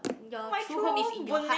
your true home is in your heart